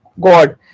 God